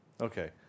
Okay